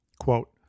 Quote